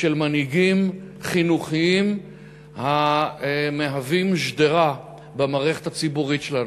של מנהיגים חינוכיים המהווים את שדרת המערכת הציבורית שלנו.